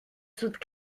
toutes